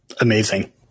Amazing